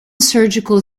surgical